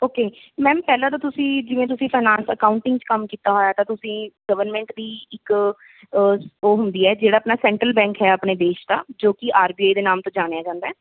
okay ma'am ਪਹਿਲਾਂ ਤਾਂ ਤੁਸੀਂ ਜਿਵੇਂ ਤੁਸੀਂ ਫਾਈਨਾਂਸ ਅਕਾਊਂਟਿੰਗ 'ਚ ਕੰਮ ਕੀਤਾ ਹੋਇਆ ਤਾਂ ਤੁਸੀਂ ਗਵਰਮੈਂਟ ਦੀ ਇੱਕ ਉਹ ਹੁੰਦੀ ਹੈ ਜਿਹੜਾ ਆਪਣਾ ਸੈਂਟਰਲ ਬੈਂਕ ਹੈ ਆਪਣੇ ਦੇਸ਼ ਦਾ ਜੋ ਕਿ ਆਰ ਬੀ ਆਈ ਦੇ ਨਾਮ ਤੋਂ ਜਾਣਿਆ ਜਾਂਦਾ